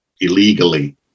illegally